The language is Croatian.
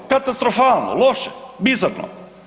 Katastrofalno, loše, bizarno.